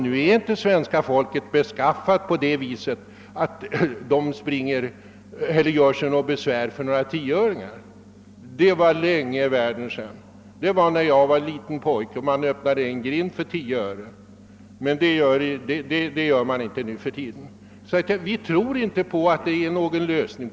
Nu gör sig svensken i allmänhet emellertid inte något besvär för ett par tioöringar — det var längesedan i världen. Jag tror inte att detta förslag innebär någon lösning.